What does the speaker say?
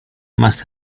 must